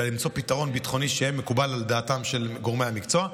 אלא למצוא פתרון ביטחוני שיהיה מקובל על דעתם של גורמי המקצוע,